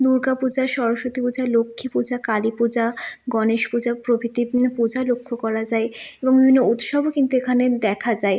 দুর্গা পূজা সরস্বতী পূজা লক্ষ্মী পূজা কালী পূজা গনেশ পূজা প্রভৃতি পূজা লক্ষ্য করা যায় এবং বিভিন্ন উৎসবও কিন্তু এখানে দেখা যায়